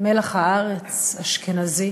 מלח הארץ, אשכנזי,